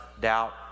doubt